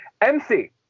mc